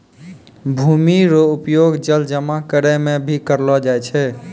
भूमि रो उपयोग जल जमा करै मे भी करलो जाय छै